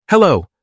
Hello